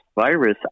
virus